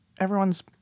Everyone's